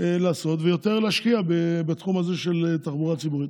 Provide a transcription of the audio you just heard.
לעשות ויותר להשקיע בתחום הזה של תחבורה ציבורית.